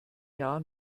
jahr